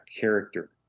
character